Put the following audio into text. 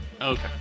Okay